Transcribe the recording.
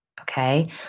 Okay